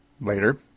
later